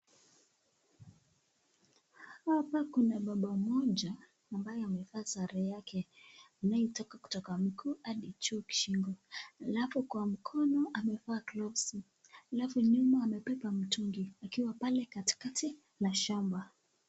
Hapa kuna baba mmoja ambaye amevaa sare yake. Nayo inatoka kutoka mkuu hadi juu ya shingo. Alafu kwa mkono amevaa gloves . Alafu nyuma amebeba mtungi, akiwa pale katikati la shamba.